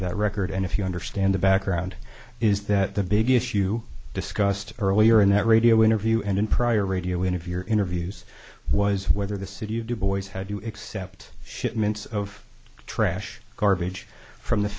that record and if you understand the background is that the big issue discussed earlier in that radio interview and in prior radio interviewer interviews was whether the city of dubois had to accept shipments of trash garbage from the